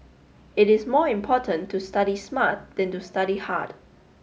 it is more important to study smart than to study hard